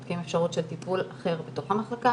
בודקים אפשרות של טיפול אחר בתוך המחלקה,